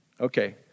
Okay